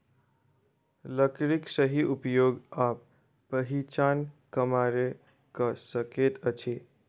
लकड़ीक सही उपयोग आ पहिचान कमारे क सकैत अछि